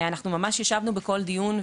אנחנו ממש ישבנו בכל דיון,